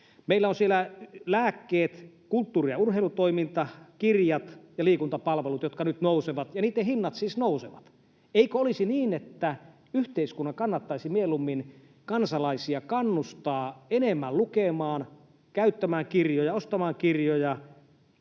Meillä on siellä lääkkeet, kulttuuri- ja urheilutoiminta, kirjat ja liikuntapalvelut, jotka nyt nousevat — ja niitten hinnat siis nousevat. Eikö olisi niin, että yhteiskunnan kannattaisi mieluummin kansalaisia kannustaa enemmän lukemaan, käyttämään ja ostamaan kirjoja,